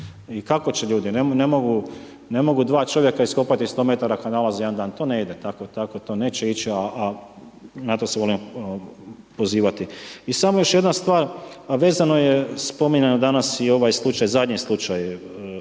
I kako će ljudi, ne mogu dva čovjeka iskopati 100 metara kanala za jedan dan. To ne ide, tako to neće ići a na to se volimo puno pozivati. I samo još jedna stvar a vezano je spominjano danas i ovaj slučaj, zadnji slučaj, vezano